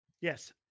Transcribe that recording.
Yes